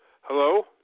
Hello